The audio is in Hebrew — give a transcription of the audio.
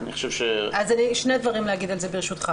ברשותך, שני דברים אני אומר על זה.